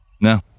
No